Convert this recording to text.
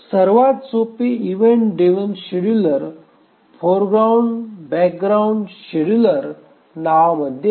सर्वात सोपे event driven scheduler foreground background scheduler नावामध्ये येते